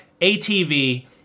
ATV